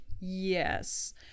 Yes